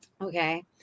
Okay